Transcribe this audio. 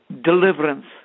Deliverance